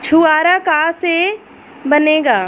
छुआरा का से बनेगा?